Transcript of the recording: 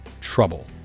trouble